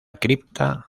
cripta